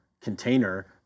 container